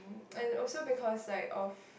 and also because like of